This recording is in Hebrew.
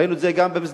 ראינו את זה גם במסגרת